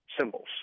symbols